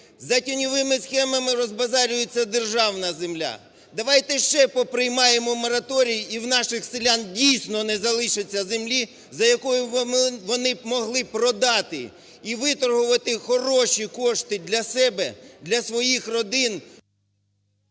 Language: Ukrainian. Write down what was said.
За тіньовими схемами розбазарюється державна земля. Давайте ще по приймаємо мораторій, і в наших селян, дійсно, не залишиться землі, яку б вони могли продати і виторгувати хороші кошти для себе, для своїх родин…